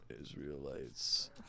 Israelites